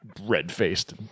red-faced